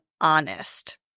honest